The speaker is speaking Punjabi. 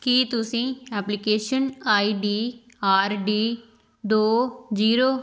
ਕੀ ਤੁਸੀਂ application I D R D ਦੋ ਜੀਰੋ